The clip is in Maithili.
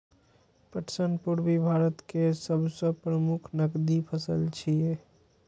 पटसन पूर्वी भारत केर सबसं प्रमुख नकदी फसल छियै